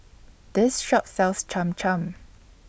This Shop sells Cham Cham